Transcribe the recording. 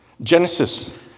Genesis